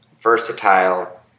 versatile